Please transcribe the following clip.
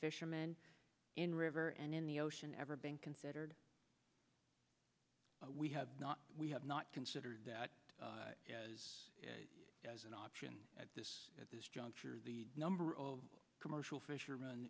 fisherman in river and in the ocean never being considered we have not we have not considered that as an option at this at this juncture the number of commercial fisherm